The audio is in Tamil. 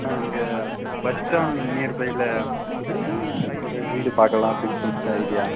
அங்கே பஸ் ஸ்டான்ட் நியர்ப்பையில ஒரு வீடு பார்க்கலானு அப்படினு சொல்லிட்டு ஐடியா